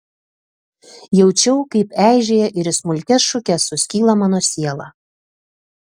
jaučiau kaip eižėja ir į smulkias šukes suskyla mano siela